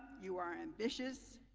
you are ambitious,